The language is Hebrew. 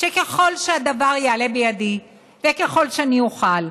שככל שהדבר יעלה בידיי וככל שאני אוכל,